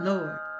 Lord